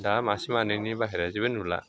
दा मासे मानैनि बाहेरा जेबो नुला